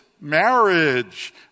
marriage